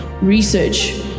Research